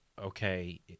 Okay